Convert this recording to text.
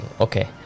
Okay